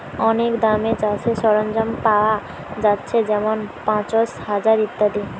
অনেক দামে চাষের সরঞ্জাম পায়া যাচ্ছে যেমন পাঁচশ, হাজার ইত্যাদি